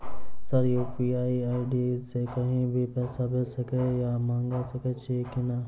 Sir UPI ID सँ कहि भी पैसा भेजि सकै या मंगा सकै छी की न ई?